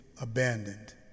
abandoned